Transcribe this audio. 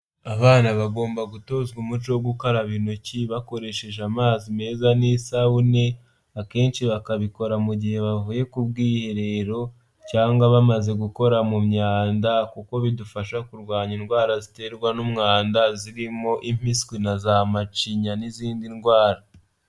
Abana bagomba gutozwa umuco wo gukaraba intoki bakoresheje amazi meza n'isabune, akenshi bakabikora mu gihe bavuye ku bwiherero cyangwa bamaze gukora mu myanda kuko bidufasha kurwanya indwara ziterwa n'umwanda zirimo impiswi na za macinya n'izindi ndwara.